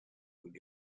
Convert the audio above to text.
could